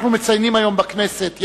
אנחנו מציינים היום בכנסת,